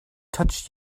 touched